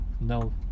no